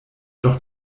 doch